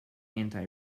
anti